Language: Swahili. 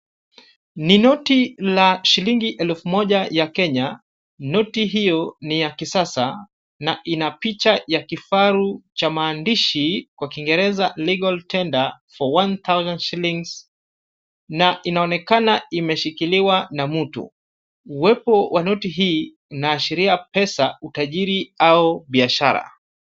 Ni noti la shilingi elfu moja ya Kenya. Noti hiyo ni ya kisasa na ina picha ya kifaru cha maandishi kwa kiingereza Legal Tender for One Thoisand Shillings na inaonekana imeshikiliwa na mtu. Uwepo wa noti hii inaashiria pesa, utajiri au biashara.